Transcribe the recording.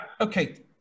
Okay